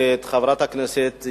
את חברת הכנסת,